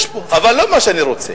יש בו, אבל לא מה שאני רוצה.